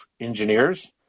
Engineers